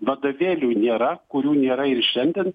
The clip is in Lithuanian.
vadovėlių nėra kurių nėra ir šiandien